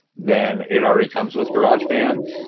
then it already comes with garage band.